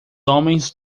homens